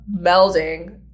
melding